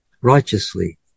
righteously